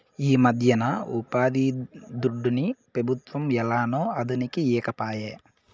ఈమధ్యన ఉపాధిదుడ్డుని పెబుత్వం ఏలనో అదనుకి ఈకపాయే